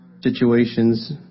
situations